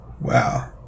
Wow